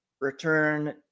return